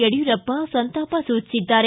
ಯಡ್ಕೂರಪ್ಪ ಸಂತಾಪ ಸೂಚಿಸಿದ್ದಾರೆ